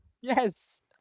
Yes